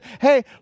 hey